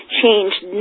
changed